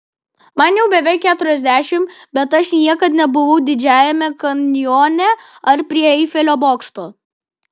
man jau beveik keturiasdešimt bet aš niekad nebuvau didžiajame kanjone ar prie eifelio bokšto